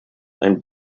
ein